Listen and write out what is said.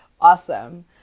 awesome